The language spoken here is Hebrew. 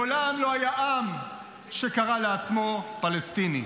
מעולם לא היה עם שקרא לעצמו פלסטיני.